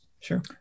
Sure